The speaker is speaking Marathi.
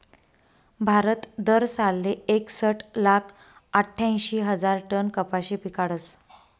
भारत दरसालले एकसट लाख आठ्यांशी हजार टन कपाशी पिकाडस